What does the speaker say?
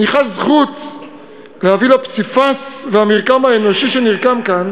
אני חש זכות להביא לפסיפס והמרקם האנושי שנרקם כאן